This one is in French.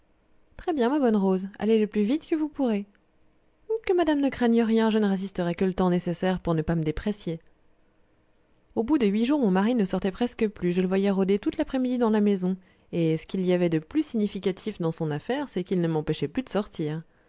très bien ma bonne rose allez le plus vite que vous pourrez que madame ne craigne rien je ne résisterai que le temps nécessaire pour ne pas me déprécier au bout de huit jours mon mari ne sortait presque plus je le voyais rôder toute l'après-midi dans la maison et ce qu'il y avait de plus significatif dans son affaire c'est qu'il ne m'empêchait plus de sortir